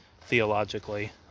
theologically